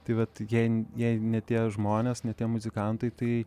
tai vat jei jei ne tie žmonės ne tie muzikantai tai